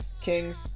Kings